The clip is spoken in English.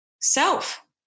self